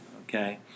okay